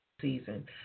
season